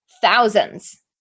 thousands